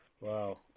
Wow